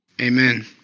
Amen